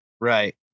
Right